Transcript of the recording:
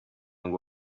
ngo